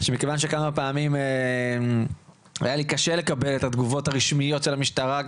שמכיוון שכמה פעמים היה לי קשה לקבל את התגובות הרשמיות של המשטרה,